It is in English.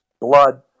blood